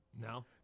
No